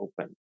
open